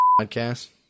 Podcast